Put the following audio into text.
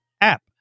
app